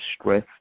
stress